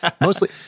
mostly